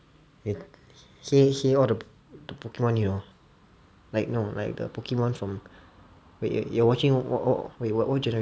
okay say say all the the pokemon name lor like no like the pokemon from wait wait you're watching what what wait what generation